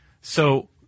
So-